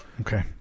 Okay